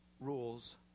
rules